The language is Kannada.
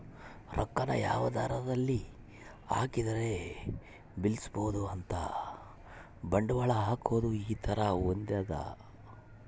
ರೊಕ್ಕ ನ ಯಾವದರಲ್ಲಿ ಹಾಕಿದರೆ ಬೆಳ್ಸ್ಬೊದು ಅಂತ ಬಂಡವಾಳ ಹಾಕೋದು ಈ ತರ ಹೊಂದ್ಯದ